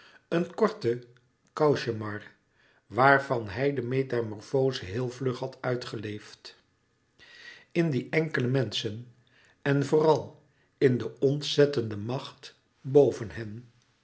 een korte cauchemar waarvan hij de metamorfoze heel vlug had uitgeleefd in die enkele menschen en vooral in de ontzettende macht boven hen